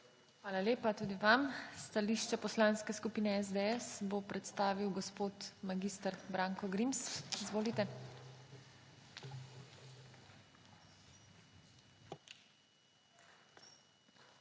Hvala lepa. Stališče Poslanske skupine SDS bo predstavil gospod mag. Branko Grims. Izvolite. **MAG.